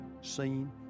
seen